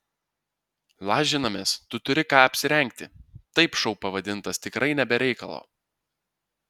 lažinamės tu turi ką apsirengti taip šou pavadintas tikrai ne be reikalo